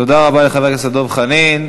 תודה רבה לחבר הכנסת דב חנין.